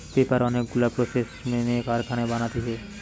paper অনেক গুলা process মেনে কারখানায় বানাতিছে